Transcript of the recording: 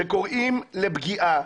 שהם קוראים לפגיעה,